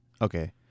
Okay